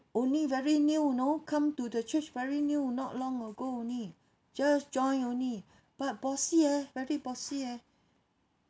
only very new you know come to the church very new not long ago only just join only but bossy eh very bossy eh